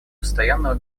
постоянного